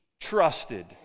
Trusted